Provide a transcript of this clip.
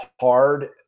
hard